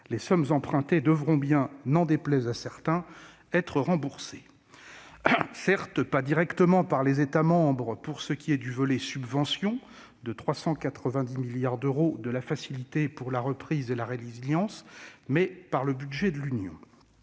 les sommes empruntées devront bien être remboursées, n'en déplaise à certains, certes pas directement par les États membres pour ce qui est du volet « subventions » de 390 milliards d'euros de la facilité pour la reprise et la résilience, mais par le budget de l'Union.